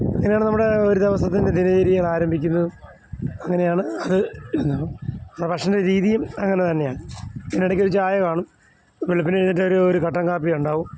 അങ്ങനെയാണ് നമ്മുടെ ഒരു ദിവസത്തിന്റെ ദിനചര്യകൾ ആരംഭിക്കുന്നതും അങ്ങനെയാണ് അത് എന്നാ ഭക്ഷണ രീതിയും അങ്ങനെ തന്നെയാണ് അതിനിടയ്ക്ക് ഒരു ചായ കാണും വെളുപ്പിനെ എഴുന്നേറ്റാൽ ഒരു ഒരു കട്ടന്കാപ്പിയുണ്ടാവും